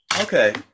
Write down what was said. okay